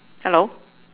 hello